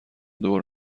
دور